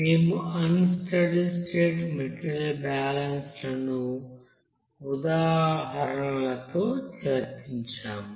మేముఅన్ steady state material బ్యాలెన్స్లను ఉదాహరణలతో చర్చించాము